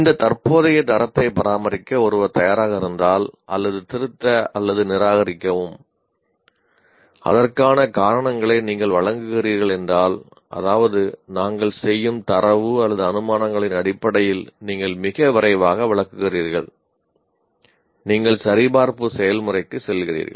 இந்த தற்போதைய தரத்தை பராமரிக்க ஒருவர் தயாராக இருந்தால் அல்லது திருத்த அல்லது நிராகரிக்கவும் அதற்கான காரணங்களை நீங்கள் வழங்குகிறீர்கள் என்றால் அதாவது நாங்கள் செய்யும் தரவு அல்லது அனுமானங்களின் அடிப்படையில் நீங்கள் மிக விரிவாக விளக்குகிறீர்கள் நீங்கள் சரிபார்ப்பு செயல்முறைக்கு செல்கிறீர்கள்